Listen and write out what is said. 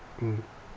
mm